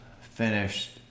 finished